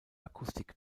akustik